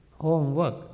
homework